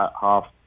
half